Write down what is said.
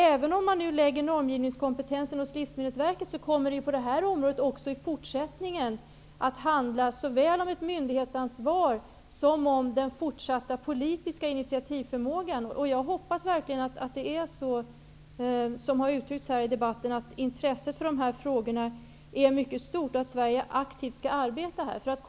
Även om man lägger normgivningskompetensen hos Livsmedelsverket kommer det på det här området också i fortsättningen att handla såväl om ett myndighetsansvar som om den fortsatta politiska initiativförmågan. Jag hoppas verkligen att det är så som har uttryckts i den här debatten, att intresset för de här frågorna är mycket stort och att Sverige skall arbeta aktivt med detta.